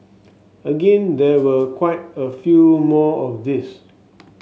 again there were quite a few more of these